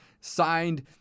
signed